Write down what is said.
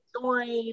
join